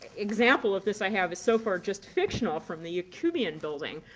example of this i have is so far just fictional, from the yacoubian building.